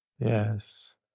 Yes